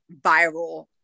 viral